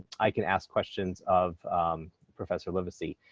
i can ask questions of professor livesay.